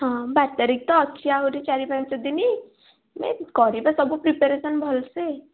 ହଁ ବାର ତାରିଖ ତ ଅଛି ଆହୁରି ଚାରି ପାଞ୍ଚ ଦିନ ଏ କରିବା ସବୁ ପ୍ରିପେଆରେସନ୍ ଭଲସେ